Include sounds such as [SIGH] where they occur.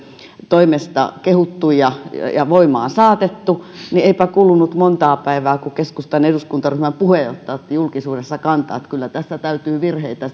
toimesta kehuttu ja ja voimaan saatettu niin eipä kulunut montaa päivää kun keskustan eduskuntaryhmän puheenjohtaja otti julkisuudessa kantaa että kyllä tästä täytyy virheitä [UNINTELLIGIBLE]